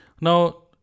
Now